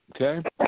okay